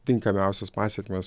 tinkamiausios pasekmės